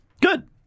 Good